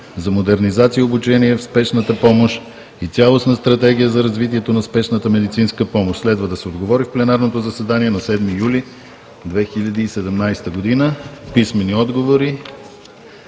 за модернизация и обучение в Спешната помощ и цялостна стратегия за развитието на Спешната медицинска помощ. Следва да се отговори в пленарното заседание на 7 юли 2017 г. Писмени отговори